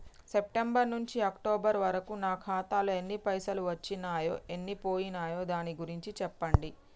September నుంచి October వరకు నా ఖాతాలో ఎన్ని పైసలు వచ్చినయ్ ఎన్ని పోయినయ్ దాని గురించి చెప్పండి?